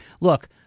look